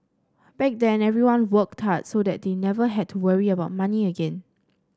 back then everyone worked hard so that they never had to worry about money again